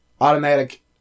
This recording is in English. Automatic